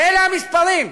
ואלה המספרים,